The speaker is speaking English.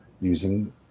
using